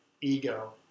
Ego